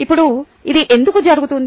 ఇప్పుడు ఇది ఎందుకు జరుగుతుంది